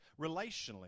relationally